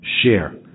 share